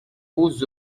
vous